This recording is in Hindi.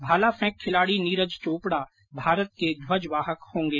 भाला फेंक खिलाडी नीरज चौपडा भारत के ध्वजवाहक होंगे